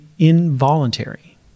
Involuntary